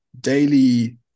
daily